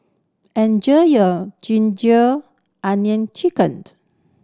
enjoy your ginger onion chicken